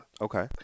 Okay